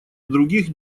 других